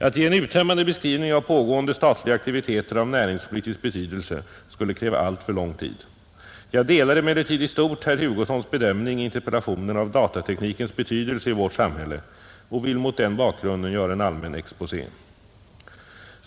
Att ge en uttömmande beskrivning av pågående statliga aktiviteter av näringspolitisk betydelse skulle kräva alltför lång tid. Jag delar emellertid i stort herr Hugossons bedömning i interpellationen av datateknikens betydelse i vårt samhälle och vill mot den bakgrunden göra en allmän exposé.